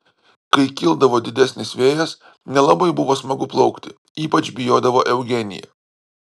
kai kildavo didesnis vėjas nelabai buvo smagu plaukti ypač bijodavo eugenija